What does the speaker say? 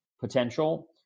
potential